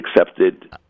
accepted